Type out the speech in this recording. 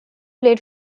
played